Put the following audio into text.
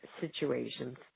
situations